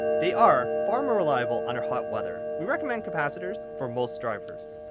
they are, far more reliable under hot weather. we recommend capacitors for most drivers.